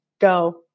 go